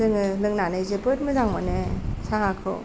जोङो लोंनानै जोबोद मोजां मोनो साहाखौ